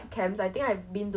while she was in on the toilet